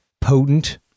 potent